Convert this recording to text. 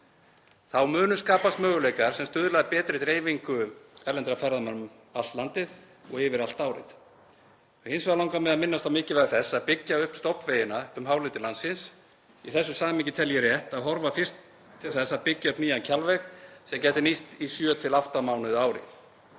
Þá munu skapast möguleikar sem stuðla að betri dreifingu erlendra ferðamanna um allt landið og yfir allt árið. Hins vegar langar mig að minnast á mikilvægi þess að byggja upp stofnvegina um hálendi landsins. Í þessu samhengi tel ég rétt að horfa fyrst til þess að byggja upp nýjan Kjalveg sem gæti nýst í 7–8 mánuði á ári.